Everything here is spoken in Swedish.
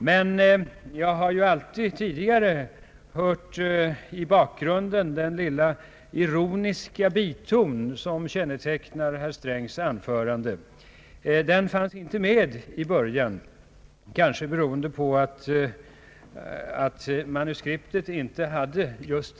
Men jag har alltid tidigare i bakgrunden hört den lilla ironiska biton som kännetecknar herr Strängs anföranden. Den fanns nu inte med i början. Varför saknades den? Var det beroende av manuskriptet.